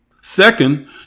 Second